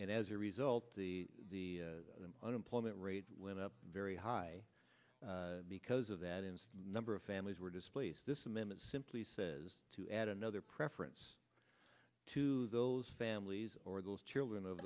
and as a result the unemployment rate went up very high because of that in number of families were displaced this amendment simply says to add another preference to those families or those children